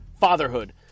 FATHERHOOD